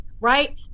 right